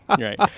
right